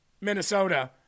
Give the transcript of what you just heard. Minnesota